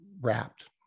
wrapped